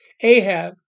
Ahab